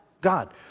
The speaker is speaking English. God